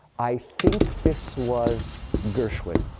i think this was gershwin,